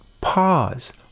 pause